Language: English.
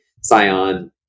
Scion